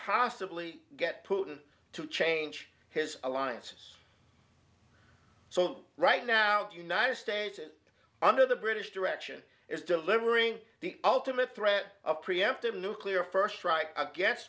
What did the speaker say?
possibly get putin to change his alliances so right now the united states under the british direction is delivering the ultimate threat of preemptive nuclear first strike against